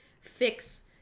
fix